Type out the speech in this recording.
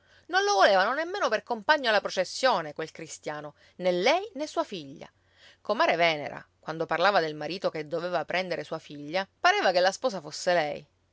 non lo volevano nemmeno per compagno alla processione quel cristiano né lei né sua figlia comare venera quando parlava del marito che doveva prendere sua figlia pareva che la sposa fosse lei